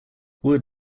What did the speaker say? wood